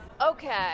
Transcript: Okay